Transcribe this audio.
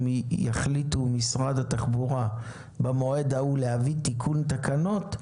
אם יחליטו משרד התחבורה במועד ההוא להביא תיקון תקנות,